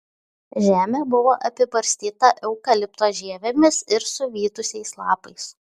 žemė buvo apibarstyta eukalipto žievėmis ir suvytusiais lapais